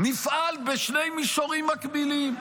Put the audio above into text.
נפעל בשני מישורים מקבילים: